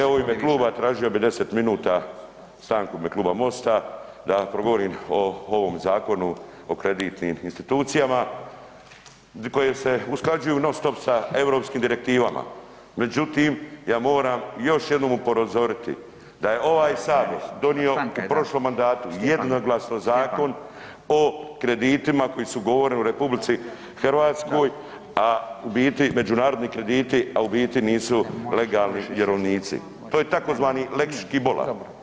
Ok, evo u ime kluba tažio bi 10 minuta stanku u ime Kluba MOST-a da progovorim o ovom Zakonu o kreditnim institucijama, koje se usklađuju non stop sa europskim direktivama, međutim ja moram još jednom upozoriti da je ovaj sabor donio u prošlom mandatu jednoglasno zakon o kreditima koji su ugovoreni u RH, a u biti, međunarodni krediti, a u biti nisu legalni vjerovnici, to je tzv. lex Škibola.